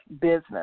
business